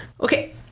okay